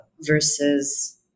versus